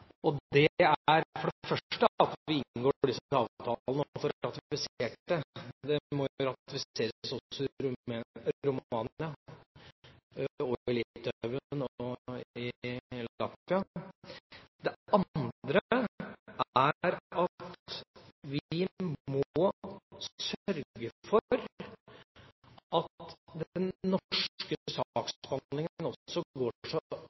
Det er for det første at vi inngår disse avtalene og får ratifisert dem. Disse må også ratifiseres i Romania, i Litauen og i Latvia. Det andre er at vi må sørge for at den norske saksbehandlinga går så